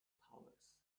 powers